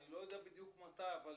אני לא יודע בדיוק מתי, אבל